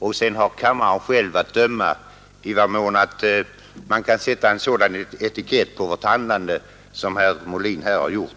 Kammaren har därefter att själv bedöma i vad mån man kan sätta en sådan etikett på vårt handlande som herr Molin här har gjort.